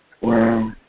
Wow